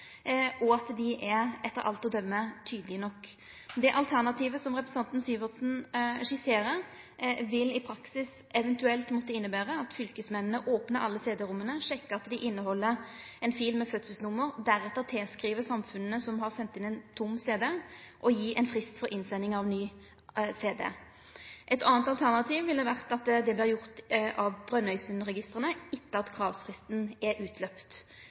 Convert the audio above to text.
og at dei etter alt å døme er tydelege nok. Det alternativet som representanten Syversen skisserer, vil i praksis eventuelt måtte innebere at fylkesmennene opnar alle CD-ROM-ane og sjekkar om dei inneheld ein fil med fødselsnummer, og deretter skriv til samfunna som har sendt inn ein tom CD, og gir ein frist for innsending av ny CD. Eit anna alternativ ville ha vore at det vart gjort av Brønnøysundregistra etter at kravfristen er utløpt.